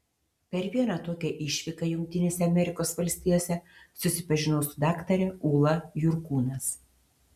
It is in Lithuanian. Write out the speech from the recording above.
per vieną tokią išvyką jungtinėse amerikos valstijose susipažinau su daktare ūla jurkūnas